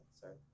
Sorry